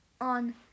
On